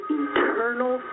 eternal